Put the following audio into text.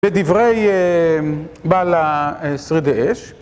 בדברי בעל השרידי אש